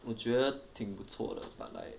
我觉得挺不错的 but like